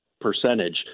percentage